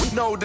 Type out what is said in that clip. no